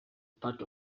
part